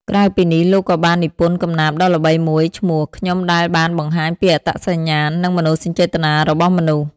ក្រៅពីនេះ លោកក៏បាននិពន្ធកំណាព្យដ៏ល្បីមួយឈ្មោះ ខ្ញុំ ដែលបានបង្ហាញពីអត្តសញ្ញាណ និងមនោសញ្ចេតនារបស់មនុស្ស។